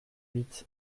huit